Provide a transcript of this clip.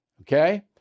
okay